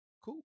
cool